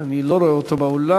אני לא רואה אותו באולם,